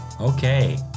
Okay